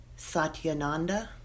Satyananda